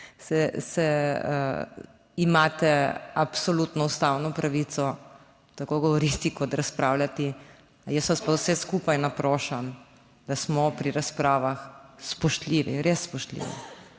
imate absolutno ustavno pravico tako govoriti, kot razpravljati, jaz vas pa vse skupaj naprošam, da smo pri razpravah spoštljivi, res spoštljivi,